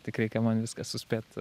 tik reikia man viską suspėt